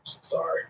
Sorry